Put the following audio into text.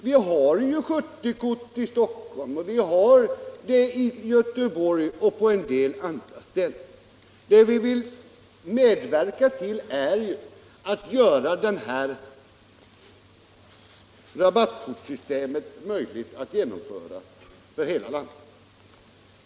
Vi har ju 70-kort i Stockholm och Göteborg och på en del andra ställen. Det vi vill medverka till är att göra det möjligt att införa sådana rabattkortsystem i hela landet.